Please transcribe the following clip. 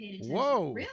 Whoa